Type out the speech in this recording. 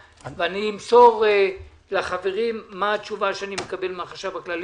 אמסור לחברים את התשובה שאקבל מהחשב הכללי,